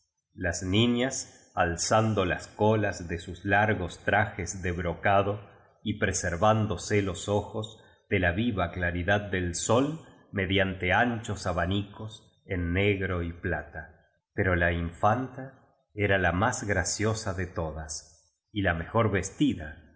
las niñas alzando las colas de sus largos trajes de brocado y preservándose los ojos de la viva claridad del sol mediante anchos abanicos en negro y plata pero la infanta era la más graciosa de todas y la mejor vestida